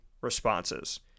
responses